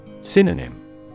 Synonym